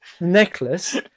necklace